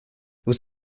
was